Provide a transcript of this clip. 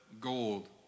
gold